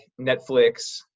Netflix